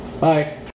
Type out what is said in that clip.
bye